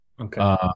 Okay